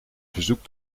verzoek